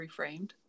reframed